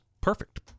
perfect